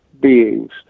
beings